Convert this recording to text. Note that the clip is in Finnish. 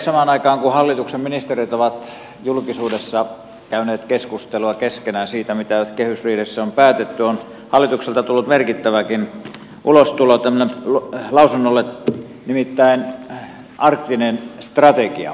samaan aikaan kun hallituksen ministerit ovat julkisuudessa käyneet keskustelua keskenään siitä mitä kehysriihessä on päätetty on hallitukselta tullut merkittäväkin ulostulo lausunnolle nimittäin arktinen strategia